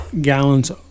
gallons